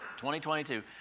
2022